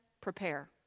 prepare